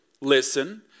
listen